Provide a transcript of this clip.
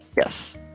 Yes